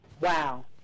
Wow